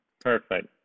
Perfect